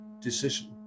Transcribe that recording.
decision